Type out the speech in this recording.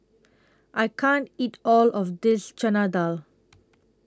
I can't eat All of This Chana Dal